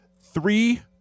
Three